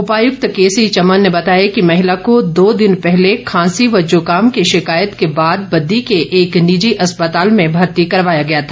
उपायक्त केसी चमन ने बताया कि महिला को दो दिन पहले खांसी व जुकाम की शिकायत के बाद बददी के एक निजी अस्पताल में भर्ती करवाया गया था